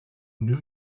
new